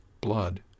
blood